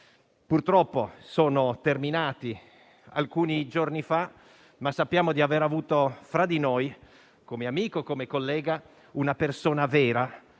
Purtroppo sono terminati alcuni giorni fa, ma sappiamo di aver avuto fra di noi, come amico e come collega, una persona vera,